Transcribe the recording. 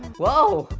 whoa,